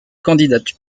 candidate